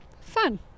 Fun